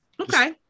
Okay